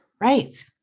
right